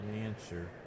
answer